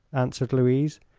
answered louise,